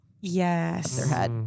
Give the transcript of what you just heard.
Yes